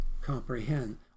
comprehend